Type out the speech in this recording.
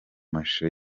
mashusho